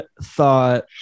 thought